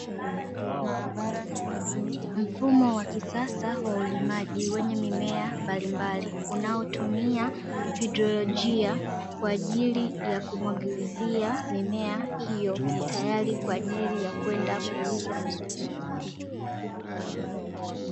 Mfumo wa kisasa wa ulimaji, wenye mimea mbalimbali, unaotumia ideolojia kwa ajili ya kumwagilizia mimea hiyo tayari, kwa ajili ya kwenda kuuzwa masokoni.